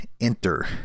enter